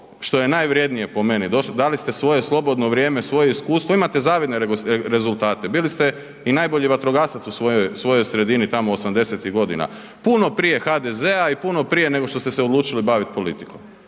što je najvrjednije po meni dali ste svoje slobodno vrijeme, svoje iskustvo, imate zavidne rezultate. Bili ste i najbolji vatrogasac u svojoj sredini tamo osamdesetih godina, puno prije HDZ-a i puno prije nego što ste se odlučili bavit politikom,